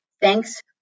thanks